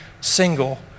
single